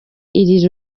iri